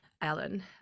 Alan